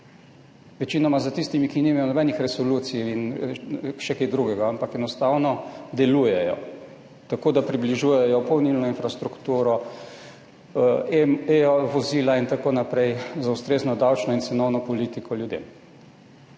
večinoma za tistimi, ki nimajo nobenih resolucij in še kaj drugega, ampak enostavno delujejo tako, da približujejo polnilno infrastrukturo, e-vozila in tako naprej z ustrezno davčno in cenovno politiko ljudem.